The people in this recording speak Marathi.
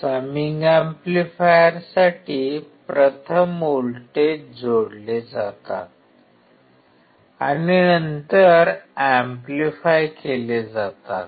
समिंग एम्प्लीफायरसाठी प्रथम व्होल्टेज जोडले जातात आणि नंतर एम्प्लिफाय केले जातात